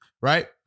Right